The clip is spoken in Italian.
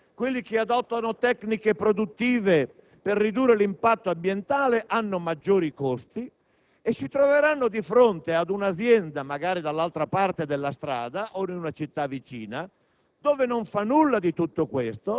utilizzano i filtri, che adottano tecniche produttive per ridurre l'impatto ambientale hanno maggiori costi e si troveranno di fronte a un'azienda, magari dall'altra parte della strada o in una città vicina,